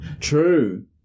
True